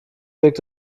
wirkt